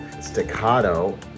Staccato